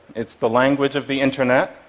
it's the language of the internet,